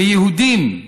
כיהודים,